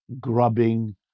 grubbing